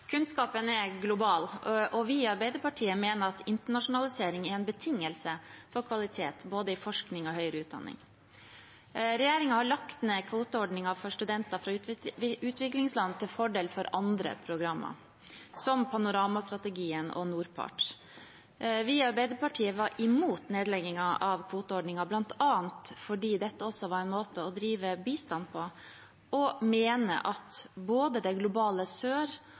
global, og vi i Arbeiderpartiet mener at internasjonalisering er en betingelse for kvalitet i både forskning og høyere utdanning. Regjeringen har lagt ned kvoteordningen for studenter fra utviklingsland til fordel for andre programmer, som Panorama-strategien og NORPART. Vi i Arbeiderpartiet var imot nedleggingen av kvoteordningen, bl.a. fordi dette også var en måte å drive bistand på, og vi mener at både det globale sør